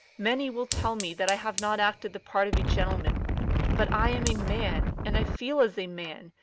many will tell me that i have not acted the part of a gentleman but i am a man, and i feel as a man,